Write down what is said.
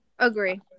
agree